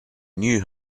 knew